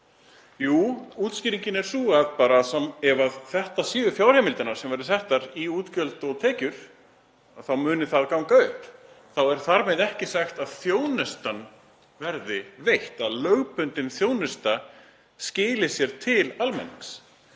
Jú, útskýringin er sú að ef þetta eru fjárheimildirnar sem verða settar í útgjöld og tekjur þá muni það ganga upp. En þar með er ekki sagt að þjónustan verði veitt, að lögbundin þjónusta skili sér til almennings.